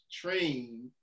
train